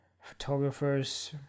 Photographers